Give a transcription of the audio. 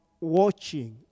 watching